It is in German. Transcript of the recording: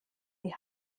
die